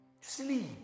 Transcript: Sleep